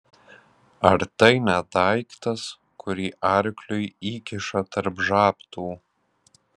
ar tai ne daiktas kurį arkliui įkiša tarp žabtų